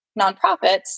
nonprofits